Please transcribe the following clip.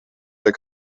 der